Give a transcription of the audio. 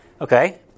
okay